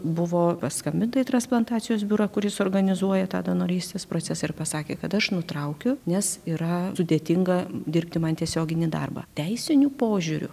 buvo paskambina į transplantacijos biurą kuris organizuoja tą donorystės procesą ir pasakė kad aš nutraukiu nes yra sudėtinga dirbti man tiesioginį darbą teisiniu požiūriu